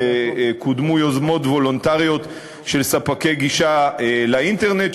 קודמו יוזמות וולונטריות של ספקי גישה לאינטרנט,